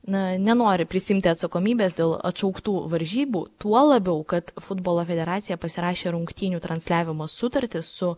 na nenori prisiimti atsakomybės dėl atšauktų varžybų tuo labiau kad futbolo federacija pasirašė rungtynių transliavimo sutartį su